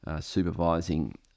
supervising